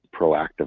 proactive